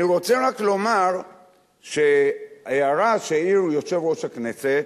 אני רק רוצה לומר שההערה שהעיר יושב-ראש הכנסת,